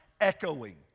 echoing